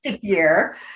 year